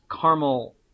caramel